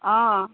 অঁ